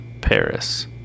Paris